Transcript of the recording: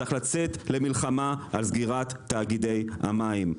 צריך לצאת למלחמה על סגירת תאגידי המים.